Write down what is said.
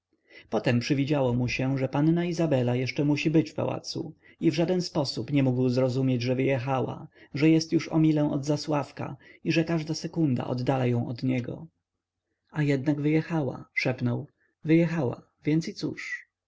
potem przywidziało mu się że panna izabela jeszcze musi być w pałacu i w żaden sposób nie mógł zrozumieć że wyjechała że jest już o milę od zasławka i że każda sekunda oddala ją od niego a jednak wyjechała szepnął wyjechała więc i cóż